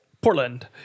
Portland